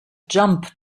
jump